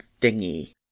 thingy